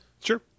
sure